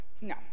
no